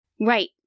Right